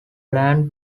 plan